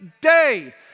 day